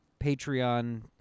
Patreon